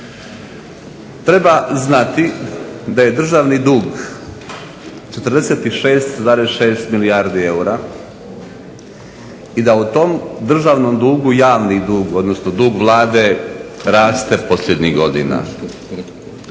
Treba znati da je državni dug 46,6 milijardi eura i da u tom državnom dugu javni dug, odnosno dug Vlade raste posljednjih godina.